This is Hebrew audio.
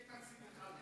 שיהיה תקציב אחד,